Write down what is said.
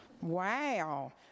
Wow